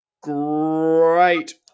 great